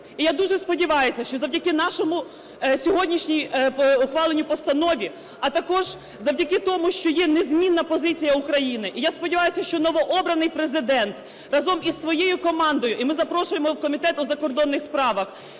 І я дуже сподіваюся, що завдяки нашому сьогоднішньому ухваленню постанови, а також завдяки тому, що є незмінна позиція України, і я сподіваюся, що новообраний Президент разом із своєю командою, і ми запрошуємо його в Комітет у закордонних справах,